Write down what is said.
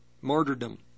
martyrdom